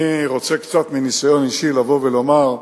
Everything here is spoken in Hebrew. אני רוצה, מניסיון אישי, לומר,